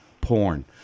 porn